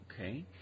Okay